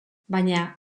baina